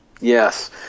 Yes